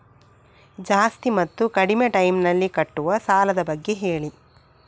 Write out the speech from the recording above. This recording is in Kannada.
ಜಾಸ್ತಿ ಮತ್ತು ಕಡಿಮೆ ಟೈಮ್ ನಲ್ಲಿ ಕಟ್ಟುವ ಸಾಲದ ಬಗ್ಗೆ ಹೇಳಿ